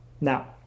Now